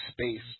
space